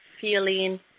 feeling